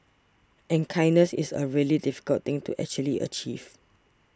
and kindness is a really difficult into actually achieve